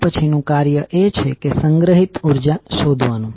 હવે પછીનું કાર્ય એ છે કે સંગ્રહિત ઉર્જા શોધવાનું